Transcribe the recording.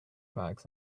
bags